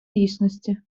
дійсності